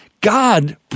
God